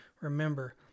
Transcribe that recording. Remember